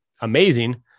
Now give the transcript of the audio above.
amazing